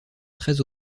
très